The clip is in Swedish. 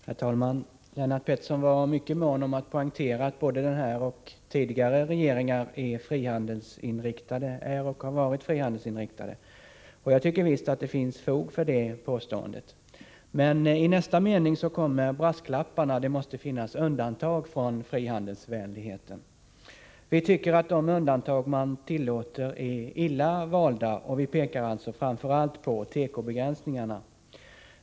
Herr talman! Lennart Pettersson var mycket mån om att poängtera att både denna och tidigare regeringar är och har varit frihandelsinriktade. Jag tycker visst att det finns fog för detta påstående. Men i nästa mening kommer brasklapparna: det måste finnas undantag från frihandelsvänligheten. Vi tycker dock att de undantag som man tillåter är illa valda och pekar framför allt på teko-begränsningarna.